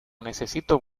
necesito